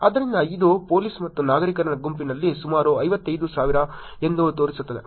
ಆದ್ದರಿಂದ ಇದು ಪೊಲೀಸ್ ಮತ್ತು ನಾಗರಿಕರ ಗುಂಪಿನಲ್ಲಿ ಸುಮಾರು 55000 ಎಂದು ತೋರಿಸುತ್ತದೆ